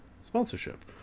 sponsorship